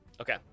Okay